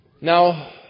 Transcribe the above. Now